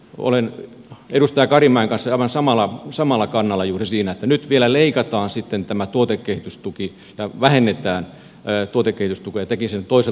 olen edustaja karimäen kanssa aivan samalla kannalla juuri siinä ja nyt vielä leikataan sitten tätä tuotekehitystukea vähennetään tuotekehitystukea tekesiltä toiselta momentilta